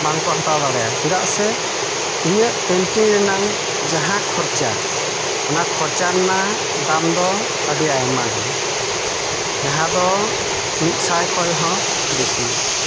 ᱵᱟᱝ ᱠᱚ ᱦᱟᱛᱟᱣ ᱫᱟᱲᱮᱭᱟᱜᱼᱟ ᱪᱮᱫᱟᱜ ᱥᱮ ᱤᱧᱟᱹᱜ ᱯᱮᱱᱴᱤᱝ ᱨᱮᱱᱟᱝ ᱡᱟᱦᱟᱸ ᱠᱷᱚᱨᱪᱟ ᱚᱱᱟ ᱠᱷᱚᱨᱪᱟ ᱨᱮᱱᱟᱜ ᱫᱟᱢ ᱫᱚ ᱟᱹᱰᱤ ᱟᱭᱢᱟ ᱜᱮᱭᱟ ᱡᱟᱦᱟᱸ ᱫᱚ ᱢᱤᱫ ᱥᱟᱭ ᱠᱷᱚᱡᱦᱚᱸ ᱵᱤᱥᱤ